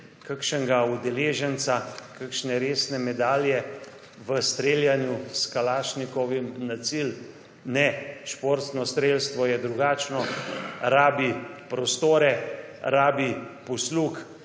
kakšnega udeleženca, kakšne resne medalje v streljanju s kalašnikom na cilj? Ne, športno strelstvo je drugačno. Rabi prostore, rabi posluh,